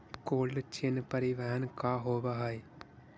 Cold chain परिवहन का होव हइ?